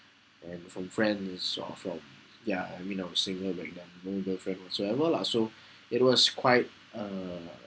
and from friends or from ya I mean I was single back then no girlfriend whatsoever lah so it was quite uh